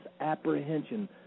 apprehension